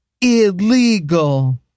illegal